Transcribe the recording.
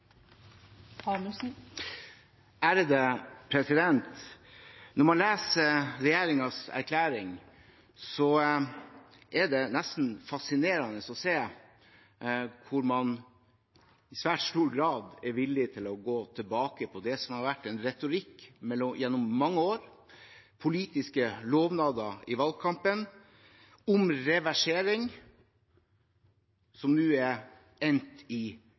det nesten fascinerende å se hvordan man i svært stor grad er villig til å gå tilbake på det som har vært en retorikk gjennom mange år: politiske lovnader i valgkampen om reversering, som nå er endt i